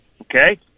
Okay